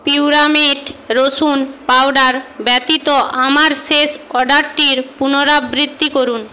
পিউরামেট রসুন পাউডার ব্যতীত আমার শেষ অর্ডারটির পুনরাবৃত্তি করুন